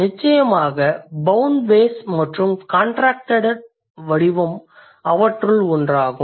நிச்சயமாக bound phase மற்றும் contracted வடிவம் அவற்றுள் ஒன்றாகும்